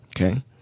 okay